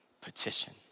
petition